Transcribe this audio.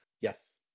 Yes